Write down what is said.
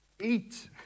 eat